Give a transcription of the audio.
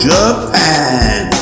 Japan